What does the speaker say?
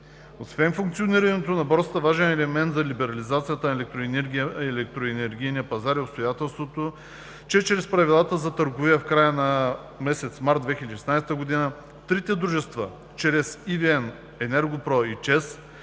Освен функционирането на Борсата важен елемент за либерализацията на електроенергийния пазар е обстоятелството, че чрез Правилата за търговия в края на месец март 2016 г. трите дружества чрез EVN и „Енергопро“ и ЧЕЗ